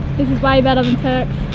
this is way better turks